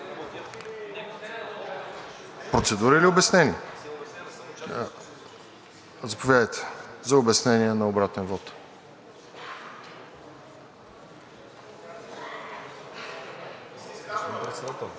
процедура или за обяснение? Заповядайте за обяснение на обратен вот.